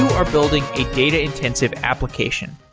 are building a data intensive application.